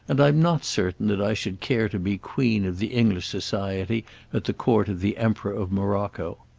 and i'm not certain that i should care to be queen of the english society at the court of the emperor of morocco!